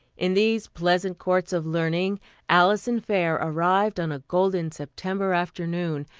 in these pleasant courts of learning alison fair arrived on a golden september afternoon,